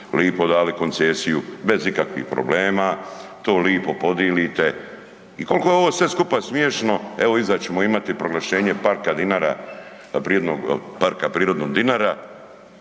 lipo dali koncesiju, bez ikakvih problema, to lipo podilite i koliko je ovo sve skupa smiješno, evo, iza ćemo imati proglašenja parka Dinara, prirodnog parka prirodnog Dinara